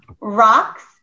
Rocks